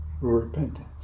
repentance